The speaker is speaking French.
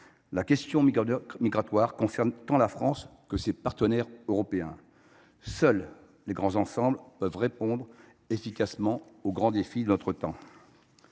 La question migratoire concerne tant la France que ses partenaires européens. Seuls les grands ensembles peuvent répondre efficacement aux grands défis de notre temps.